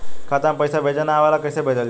खाता में पईसा भेजे ना आवेला कईसे भेजल जाई?